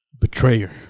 Betrayer